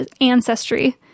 ancestry